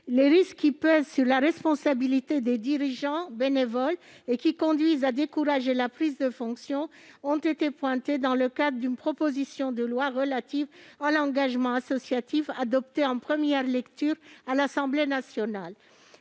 Les risques qui pèsent sur la responsabilité des dirigeants bénévoles et qui conduisent à décourager la prise de fonction ont été pointés dans le cadre d'une proposition de loi relative à l'engagement associatif, adoptée en première lecture à l'Assemblée nationale.